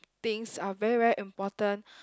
things are very very important